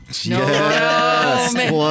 Yes